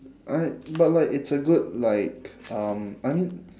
alright but like it's a good like um I mean